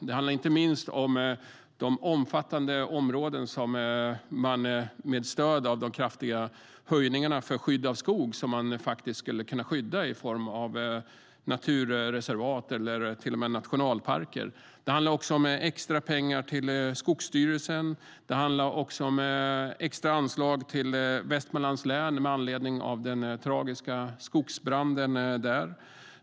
Det handlar inte minst om de omfattande områden man med stöd av de kraftiga höjningarna för skydd av skog faktiskt skulle kunna skydda i form av naturreservat eller till och med nationalparker. Det handlar också om extra pengar till Skogsstyrelsen. Det handlar även om extra anslag till Västmanlands län med anledning av den tragiska skogsbranden.